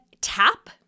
tap